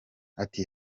ati